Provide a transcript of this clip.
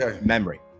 memory